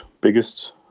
biggest